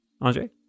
Andre